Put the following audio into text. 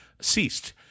ceased